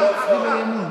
תיקחו את הנשק מהמגזר הערבי.